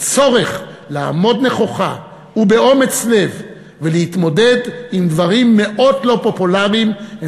הצורך לעמוד נכוחה ובאומץ לב ולהתמודד עם דברים מאוד לא פופולריים זה